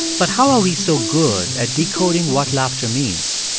but how are we so good at decoding what laughter means?